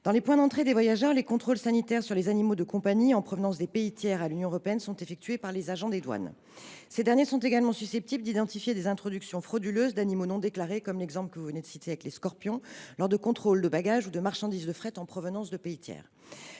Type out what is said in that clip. Dans les points d’entrée des voyageurs, les contrôles sanitaires sur les animaux de compagnie en provenance des pays tiers à l’Union européenne sont réalisés par les agents de la douane. Ces derniers sont également susceptibles d’identifier des introductions frauduleuses d’animaux non déclarés – vous venez d’en donner un exemple –, lors de contrôles sur des bagages ou marchandises de fret en provenance des pays tiers.